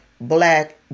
black